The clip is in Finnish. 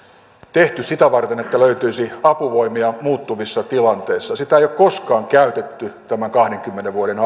tehty sitä varten että löytyisi apuvoimia muuttuvissa tilanteissa näitä täydennyspoliiseja ei ole koskaan käytetty näiden kahdenkymmenen vuoden